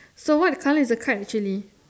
so what colour is the cart actually